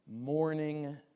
morning